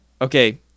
Okay